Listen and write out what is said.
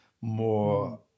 more